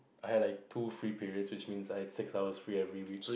I had like two free periods which means I have six hours free every week